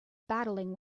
battling